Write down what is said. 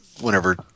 whenever